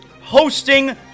hosting